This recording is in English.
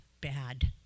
bad